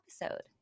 episode